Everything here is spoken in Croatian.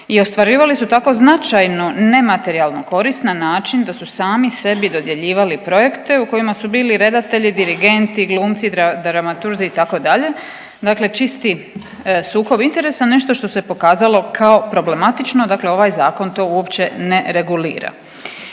i ostvarivali su tako značajnu nematerijalnu korist na način da su sami sebi dodjeljivali projekte u kojima su bili redatelji, dirigenti, glumci, dramaturzi itd., dakle čisti sukob interesa, nešto što se pokazalo kao problematično, dakle ovaj zakon to uopće ne regulira.